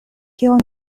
kion